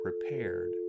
prepared